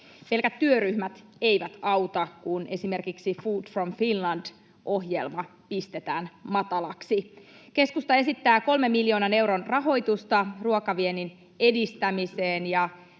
Pelkät työryhmät eivät auta, kun esimerkiksi Food from Finland -ohjelma pistetään matalaksi. Keskusta esittää kolmen miljoonan euron rahoitusta ruokaviennin edistämiseen,